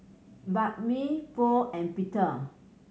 Banh Mi Pho and Pita